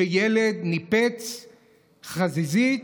כשילד ניפץ חזיזית,